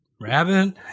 Rabbit